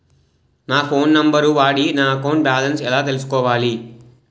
నా phone number వాడి నా అకౌంట్ బాలన్స్ ఎలా తెలుసుకోవాలి?